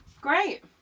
great